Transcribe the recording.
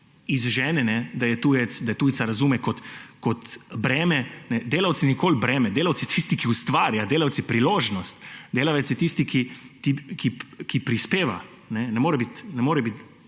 izžene, da tujca razume kot breme. Delavec ni nikoli breme, delavec je tisti, ki ustvarja, delavec je priložnost, delavec je tisti, ki prispeva. Ne more biti